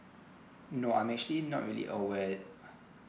no I'm actually not really aware